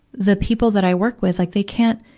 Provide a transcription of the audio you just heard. the people that i work with, like they can't,